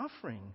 suffering